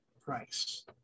price